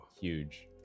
huge